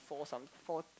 fall some phone